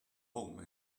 home